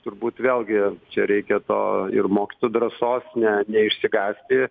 turbūt vėlgi čia reikia to ir mokytojų drąsos ne neišsigąsti